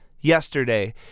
yesterday